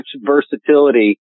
versatility